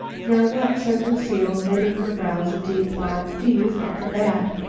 now what, said lucile, knitting her brows in deep thought, do you think of that?